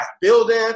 building